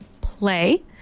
play